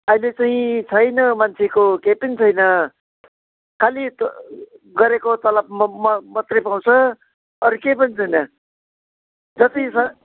अहिले चाहिँ छैन मान्छेको केही पनि छैन खालि त्यो गरेको तलब म म मात्रै पाउँछ अरू केही पनि छैन जति छ